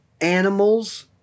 animals